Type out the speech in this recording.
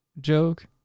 joke